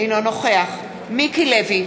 אינו נוכח מיקי לוי,